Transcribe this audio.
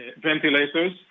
ventilators